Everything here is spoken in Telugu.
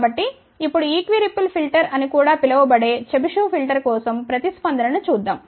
కాబట్టి ఇప్పుడు ఈక్విరిపుల్ ఫిల్టర్ అని కూడా పిలువబడే చెబిషెవ్ ఫిల్టర్ కోసం ప్రతిస్పందన ను చూద్దాం